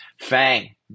Fang